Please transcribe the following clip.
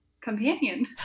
companion